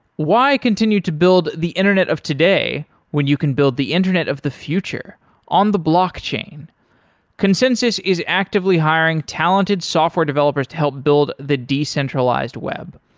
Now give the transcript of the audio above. why continue to build the internet of today when you can build the internet of the future on the blockchain? consensys is actively hiring talented software developers to help build the decentralized web.